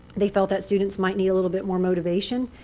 they felt that students might need a little bit more motivation.